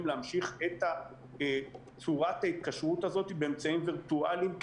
להמשיך את צורת ההתקשרות הזו באמצעים וירטואליים,